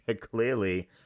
clearly